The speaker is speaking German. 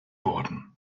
worden